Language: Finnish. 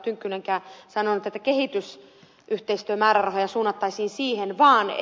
tynkkynenkään sanonut että kehitysyhteistyömäärärahoja suunnattaisiin siihen vaan